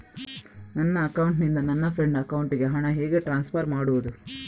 ನನ್ನ ಅಕೌಂಟಿನಿಂದ ನನ್ನ ಫ್ರೆಂಡ್ ಅಕೌಂಟಿಗೆ ಹಣ ಹೇಗೆ ಟ್ರಾನ್ಸ್ಫರ್ ಮಾಡುವುದು?